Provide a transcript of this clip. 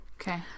Okay